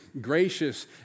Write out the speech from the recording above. gracious